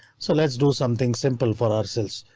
so let's do something simple for ourselves.